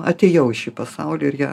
atėjau į šį pasaulį ir ją